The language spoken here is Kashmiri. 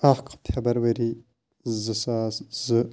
اکھ فٮ۪برؤری زٕ ساس زٕ